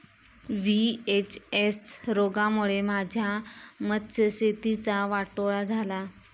VHS रोगामुळे माझ्या मत्स्यशेतीचा वाटोळा झाला